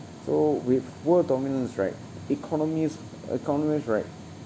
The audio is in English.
so with world dominance right economies economies right